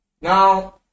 Now